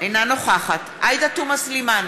אינה נוכחת עאידה תומא סלימאן,